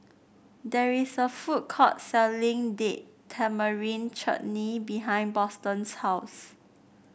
there is a food court selling Date Tamarind Chutney behind Boston's house